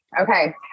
Okay